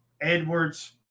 Edwards